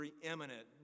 preeminent